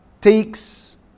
takes